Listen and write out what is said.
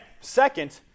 Second